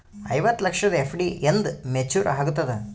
ಐವತ್ತು ಲಕ್ಷದ ಎಫ್.ಡಿ ಎಂದ ಮೇಚುರ್ ಆಗತದ?